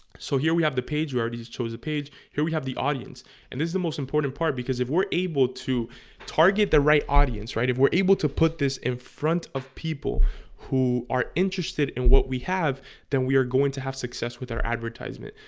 so here we have the page we already chose a page here we have the audience and this is the most important part because if we're able to target the right audience right if we're able to put this in front of people who are interested in what we have then we are going to have success with our advertisement,